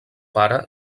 pare